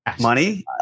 money